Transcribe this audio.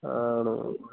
ആണോ